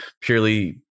purely